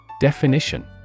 Definition